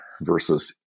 versus